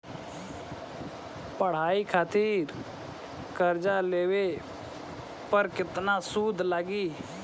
पढ़ाई खातिर कर्जा लेवे पर केतना सूद लागी?